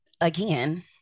again